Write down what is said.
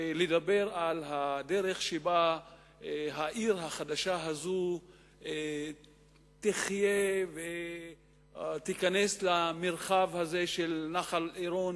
את הדרך שבה העיר החדשה הזאת תחיה ותיכנס למרחב הזה של נחל-עירון,